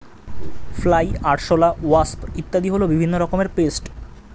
fly, আরশোলা, wasp ইত্যাদি হল বিভিন্ন রকমের পেস্ট